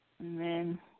Amen